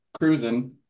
cruising